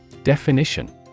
Definition